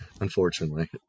unfortunately